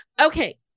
Okay